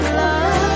love